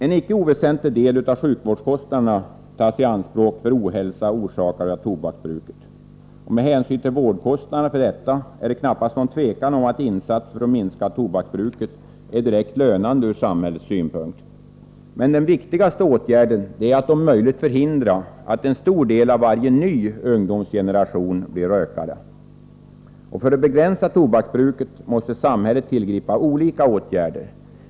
En icke oväsentlig del av sjukvårdskostnaderna tas i anspråk för att bota ohälsa orsakad av tobaksbruket. Med hänsyn till vårdkostnaderna för detta är det inte någon tvekan om att insatser för att minska tobaksbruket är direkt lönande ur samhällets synpunkt. Bland de viktigaste åtgärderna är att om möjligt förhindra att en stor del av varje ny ungdomsgeneration blir rökare. För att begränsa tobaksbruket måste samhället tillgripa olika åtgärder.